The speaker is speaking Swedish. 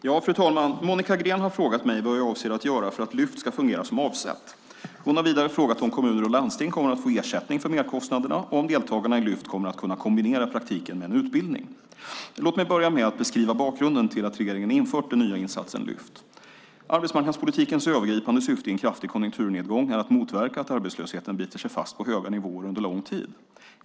Fru talman! Monica Green har frågat mig vad jag avser att göra för att Lyft ska fungera som avsett. Hon har vidare frågat om kommuner och landsting kommer att få ersättning för merkostnaderna och om deltagarna i Lyft kommer att kunna kombinera praktiken med en utbildning. Låt mig börja med att beskriva bakgrunden till att regeringen infört den nya insatsen Lyft. Arbetsmarknadspolitikens övergripande syfte i en kraftig konjunkturnedgång är att motverka att arbetslösheten biter sig fast på höga nivåer under lång tid.